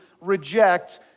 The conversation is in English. reject